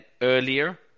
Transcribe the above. earlier